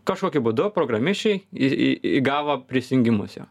kažkokiu būdu programišiai į į įgavo prisingimus jo